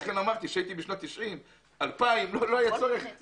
לכן אמרתי שבשנות ה-90 ו-2000 לא דיברו